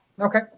Okay